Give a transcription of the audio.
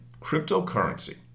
Cryptocurrency